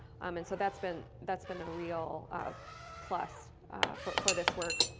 um and so that's been that's been a real plus for for this work.